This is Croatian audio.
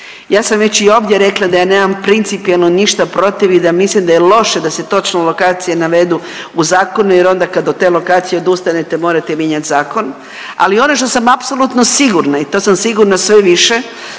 Ja sam već i ovdje rekla da ja nemam principijelno ništa protiv i da mislim da je loše da se točno lokacije navedu u zakonu jer onda kad od te lokacije odustanete morate mijenjat zakon, ali ono što sam apsolutno sigurna i to sam sigurna sve više